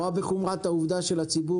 הוועדה רואה בחומרה את העובדה שלציבור